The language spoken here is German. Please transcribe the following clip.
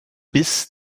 bis